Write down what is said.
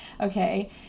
okay